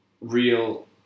real